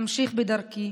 אמשיך בדרכי,